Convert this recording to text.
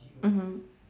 mmhmm